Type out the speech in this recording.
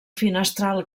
finestral